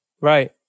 Right